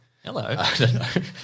Hello